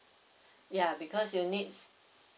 ya because you need